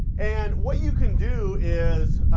and what you can do is